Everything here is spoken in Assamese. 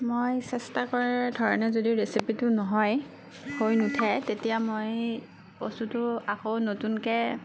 মই চেষ্টা কৰাৰ ধৰণে যদি ৰেচিপিটো নহয় হৈ নুঠে তেতিয়া মই বস্তুটো আকৌ নতুনকৈ